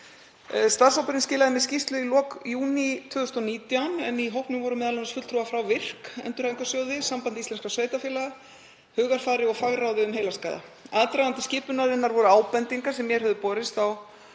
Starfshópurinn skilaði mér skýrslu í lok júní 2019 en í hópnum voru m.a. fulltrúar frá VIRK Starfsendurhæfingarsjóði, Sambandi íslenskra sveitarfélaga, Hugarfari og fagráði um heilaskaða. Aðdragandi skipunarinnar voru ábendingar sem mér höfðu borist